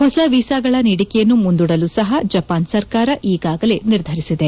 ಹೊಸ ವೀಸಾಗಳ ನೀಡಿಕೆಯನ್ನು ಮುಂದೂಡಲು ಸಹ ಜಪಾನ್ ಸರ್ಕಾರ ಈಗಾಗಲೇ ನಿರ್ಧರಿಸಿದೆ